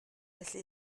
felly